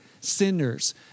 sinners